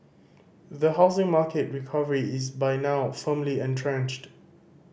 the housing market recovery is by now firmly entrenched